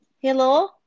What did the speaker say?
hello